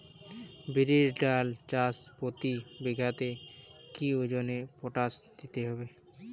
বিরির ডাল চাষ প্রতি বিঘাতে কি ওজনে পটাশ দিতে হবে?